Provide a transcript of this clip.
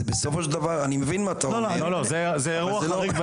זה אירוע חריג.